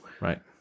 Right